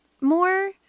more